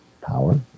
power